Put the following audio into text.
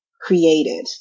created